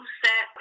set